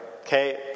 Okay